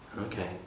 Okay